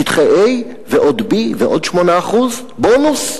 שטחי A ועוד B ועוד 8% בונוס?